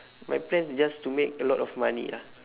my plan is just to make a lot of money ah